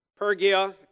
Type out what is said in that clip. Pergia